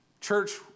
Church